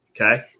Okay